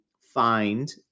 find